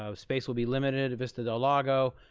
um space will be limited at vista del lago,